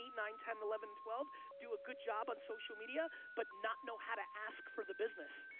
nine, ten, eleven, twelve do a good job on social media but not know how to ask for the business.